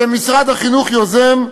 שמשרד החינוך יוזם.